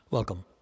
Welcome